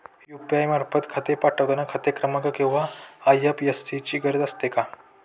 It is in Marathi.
यु.पी.आय मार्फत पैसे पाठवता खाते क्रमांक किंवा आय.एफ.एस.सी ची गरज असते का?